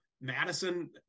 Madison